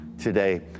today